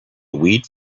weed